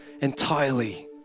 entirely